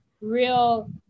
real